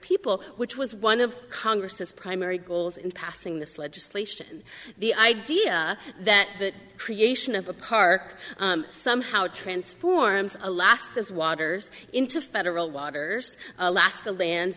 people which was one of congress's primary goals in passing this legislation the the idea that the creation of a park somehow transforms alaska's waters into federal waters alaska lands